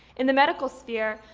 in the medical sphere,